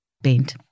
bent